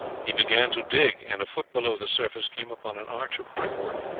he began to dig, and a foot below the surface came upon an arch of brickwork,